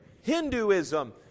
Hinduism